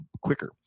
quicker